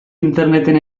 interneten